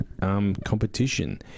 competition